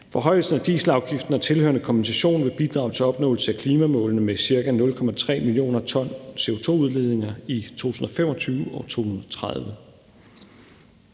Forhøjelsen af dieselafgiften og den tilhørende kompensation vil bidrage til en opnåelse af klimamålene med ca. 0,3 mio. t CO2-udledninger i 2025 og 2030.